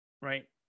right